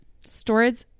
storage